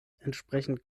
entsprechend